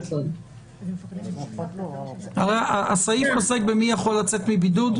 הרי הסעיף עוסק במי יכול לצאת מבידוד?